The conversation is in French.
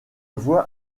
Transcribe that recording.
voit